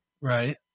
Right